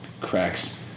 cracks